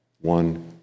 one